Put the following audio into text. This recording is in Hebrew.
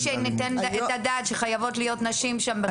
שניתן את הדעת שחייבות להיות שם נשים.